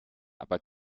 aber